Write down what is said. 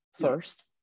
first